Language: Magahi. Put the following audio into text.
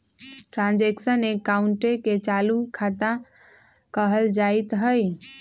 ट्रांजैक्शन अकाउंटे के चालू खता कहल जाइत हइ